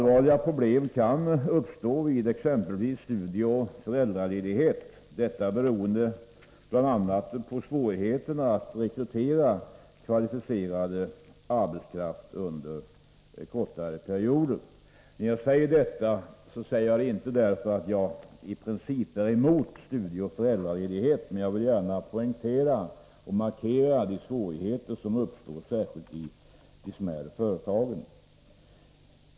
Vid exempelvis studieoch föräldraledighet kan allvarliga problem uppstå, beroende bl.a. på svårigheterna att rekrytera kvalificerad arbetskraft under kortare perioder. Jag nämner inte detta därför att jag i princip skulle vara emot studieoch föräldraledigheter, men jag vill markera de svårigheter som uppstår i särskilt de smärre företagen.